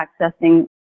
accessing